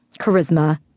charisma